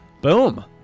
Boom